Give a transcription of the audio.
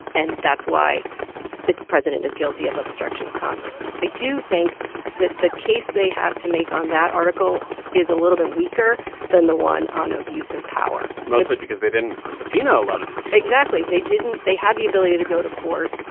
and that's why the president is guilty of obstruction of congress. i do think that the case they have to make on that article is a little bit weaker than the one on abuse of power mostly because they didn't subpoena a lot of those people but exactly. they didn't they had the ability to go to court.